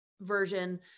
version